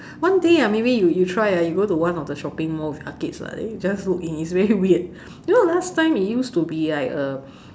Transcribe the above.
one day ah maybe you try ah you go the one of the shopping mall with arcades lah then you just look in it's very weird you know last time use to be like a